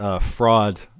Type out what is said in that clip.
fraud